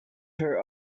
her